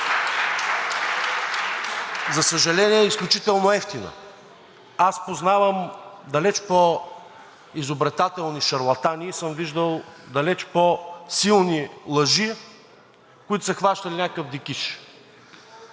За съжаление, изключително евтина. Аз познавам далеч по-изобретателни шарлатани и съм виждал далеч по-силни лъжи, които са хващали някакъв дикиш.